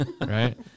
right